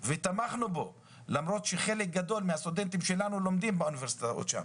ותמכנו בו למרות שחלק גדול מהסטודנטים שלנו לומדים באוניברסיטאות שם,